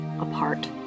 apart